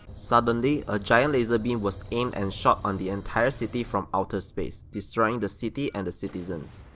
suddenly a giant laser beam was aimed and shot on the entire city from outer space, destroying the city and the citizens.